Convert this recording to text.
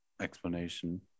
explanation